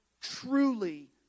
truly